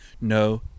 No